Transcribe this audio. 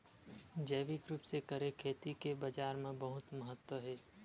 जैविक रूप से करे खेती के बाजार मा बहुत महत्ता हे